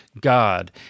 God